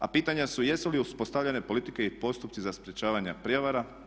A pitanja su jesu li uspostavljene politike i postupci za sprječavanja prijevara.